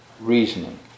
reasoning